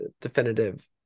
definitive